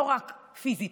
לא רק פיזית,